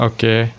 Okay